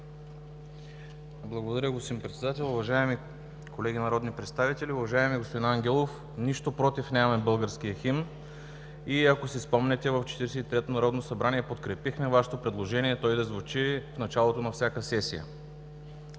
Благодаря, господин Председател. Уважаеми колеги народни представители! Уважаеми господин Ангелов, нищо против нямаме българския химн и ако си спомняте в Четиридесет и третото Народно събрание подкрепихме Вашето предложение той да звучи в началото на всяка сесия.